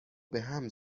بهم